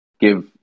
give